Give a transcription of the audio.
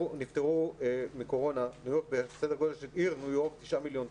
סדר גודל של העיר ניו יורק הוא 9 מיליון תושבים.